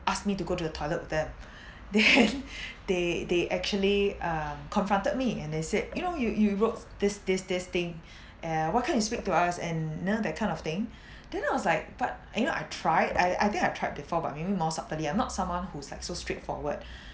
asked me to go to the toilet with them then they they actually uh confronted me and they said you know you you wrote this this this thing uh why can't you speak to us and you know that kind of thing then I was like but you know I tried I I think I've tried before but maybe more subtly I'm not someone who's like so straightforward